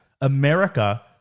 America